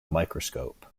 microscope